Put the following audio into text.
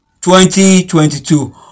2022